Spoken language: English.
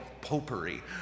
popery